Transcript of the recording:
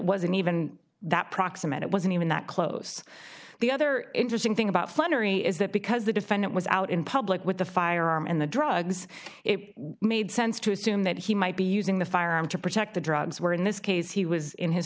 wasn't even that proximate it wasn't even that close the other interesting thing about flannery is that because the defendant was out in public with the firearm and the drugs it made sense to assume that he might be using the firearm to protect the drugs where in this case he was in his